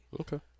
Okay